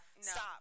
Stop